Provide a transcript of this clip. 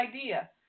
idea